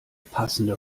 passende